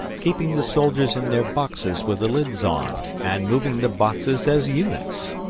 keeping the soldiers in their boxes with the lids on, and moving the boxes as units.